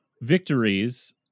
victories